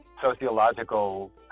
sociological